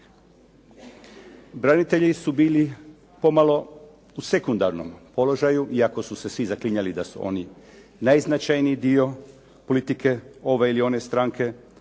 Branitelji su bili pomalo u sekundarnom položaju iako su se svi zaklinjali da su oni najznačajniji dio politike ove ili one stranke,